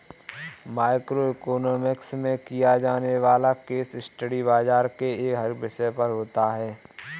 micro economics में किया जाने वाला केस स्टडी बाजार के हर एक विषय पर होता है